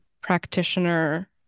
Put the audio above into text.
practitioner